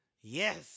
Yes